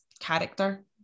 character